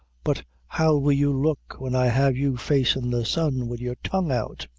but how will you look when i have you facin' the sun, wid your tongue out?